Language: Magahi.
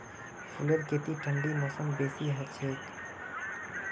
फूलेर खेती ठंडी मौसमत बेसी हछेक